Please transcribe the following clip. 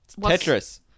Tetris